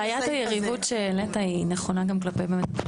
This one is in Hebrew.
בעיית היריבות שהעלית היא נכונה גם כלפי באמת,